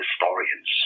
historians